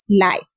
life